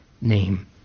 name